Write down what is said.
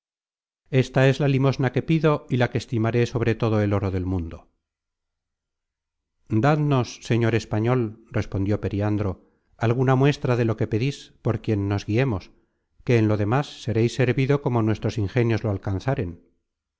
esta es la limosna que pido y la que estimaré sobre todo el oro del mundo content from google book search generated at dadnos señor español respondió periandro alguna muestra de lo que pedis por quien nos guiemos que en lo demas sereis servido como nuestros ingenios lo alcanzaren